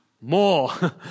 More